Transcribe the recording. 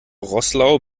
roßlau